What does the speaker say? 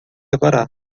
levará